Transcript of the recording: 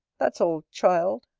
that's all, child.